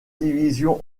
division